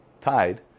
tied